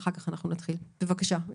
בבקשה,